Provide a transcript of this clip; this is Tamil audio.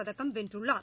பதக்கம் வென்றுள்ளார்